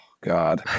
God